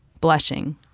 blushing